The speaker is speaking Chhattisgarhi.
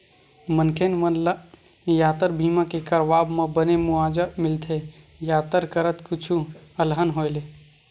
मनखे मन ल यातर बीमा के करवाब म बने मुवाजा मिलथे यातर करत कुछु अलहन होय ले